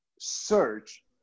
search